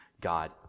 God